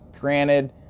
Granted